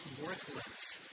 worthless